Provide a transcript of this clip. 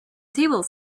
table